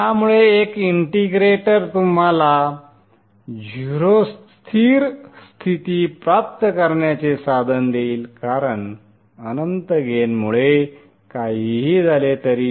त्यामुळे एक इंटिग्रेटर तुम्हाला 0 स्थिर स्थिती प्राप्त करण्याचे साधन देईल कारण अनंत गेनमुळे काहीही झाले तरी